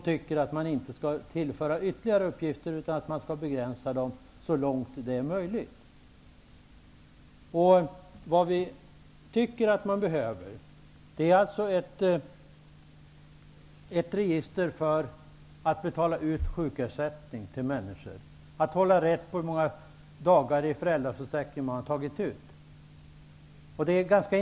Vi tycker inte att ytterligare uppgifter skall tillföras utan att uppgifterna skall begränsas så långt det är möjligt. Vi tycker att det behövs ett register för att betala ut sjukersättning till människor och för att hålla reda på hur många dagar av föräldraförsäkringen som är uttagna.